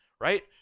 Right